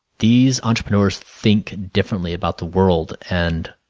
these entrepreneurs think differently about the world and